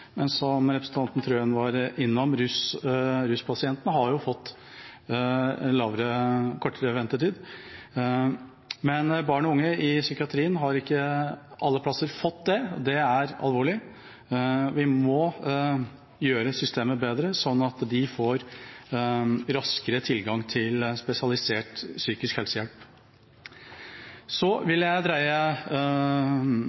men som representanten Wilhelmsen Trøen var innom: Ruspasientene har jo fått kortere ventetid, men barn og unge i psykiatrien har ikke fått det alle steder. Det er alvorlig, og vi må gjøre systemet bedre slik at de får raskere tilgang til spesialisert psykisk helsehjelp. Jeg vil vende oppmerksomheten mot Australia, hvor komiteen var på komitéreise. Vi